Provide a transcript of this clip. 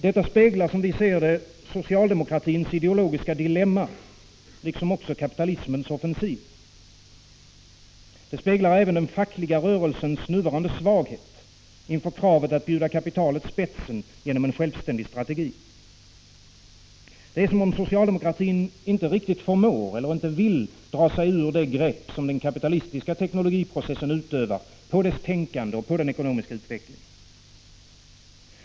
Detta speglar socialdemokratins ideologiska dilemma liksom också kapitalismens offensiv. Det speglar även den fackliga rörelsens nuvarande svaghet inför kravet att bjuda kapitalet spetsen genom en självständig strategi. Det är som om socialdemokratin inte riktigt förmår eller inte vill dra sig ur det grepp som den kapitalistiska teknologiprocessen utövar på dess tänkande och på den ekonomiska utvecklingen.